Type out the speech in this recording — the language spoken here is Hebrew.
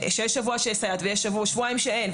ויש שבועיים שאין,